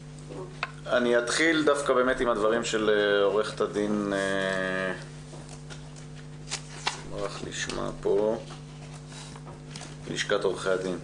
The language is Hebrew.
אני אתחיל דווקא עם הדברים של עורכת הדין מלשכת עורכי הדין,